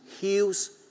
heals